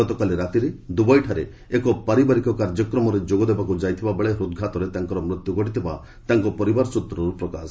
ଗତକାଲି ରାତିରେ ଦୁବାଇଠାରେ ଏକ ପାରିବାରିକ କାର୍ଯ୍ୟକ୍ରମରେ ଯୋଗ ଦେବାକୁ ଯାଇଥିବା ବେଳେ ହୃଦ୍ଘାତରେ ତାଙ୍କର ମୃତ୍ୟୁ ଘଟିଥିବା ତାଙ୍କ ପରିବାର ସୂତ୍ରରୁ ପ୍ରକାଶ